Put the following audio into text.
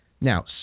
Now